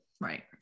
right